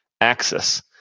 axis